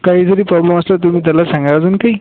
काही जरी प्रॉब्लम असला तुम्ही त्याला सांगा अजून काही